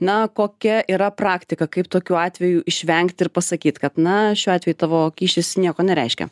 na kokia yra praktika kaip tokių atvejų išvengti ir pasakyt kad na šiuo atveju tavo kyšis nieko nereiškia